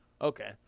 Okay